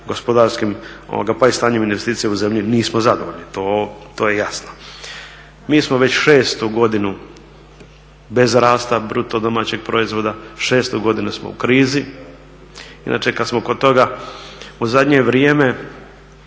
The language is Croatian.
gospodarskima pa i stanjem investicija u zemlji nismo zadovoljni. To je jasno. Mi smo već šestu godinu bez rasta BDP-a, šestu godinu smo u krizi. Inače kad smo kod toga, u zadnje vrijeme,